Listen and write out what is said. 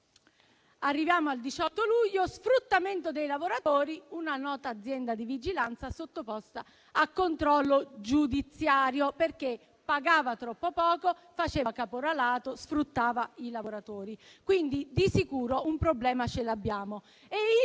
Arriviamo al 18 luglio: «Sfruttamento dei lavoratori, una nota azienda di vigilanza sottoposta a controllo giudiziario», perché pagava troppo poco, faceva caporalato e sfruttava i lavoratori. Quindi di sicuro un problema ce l'abbiamo.